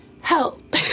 help